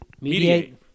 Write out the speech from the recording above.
Mediate